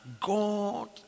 God